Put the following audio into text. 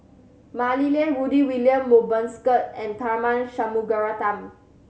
Mah Li Lian Rudy William Mosbergen and Tharman Shanmugaratnam